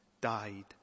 died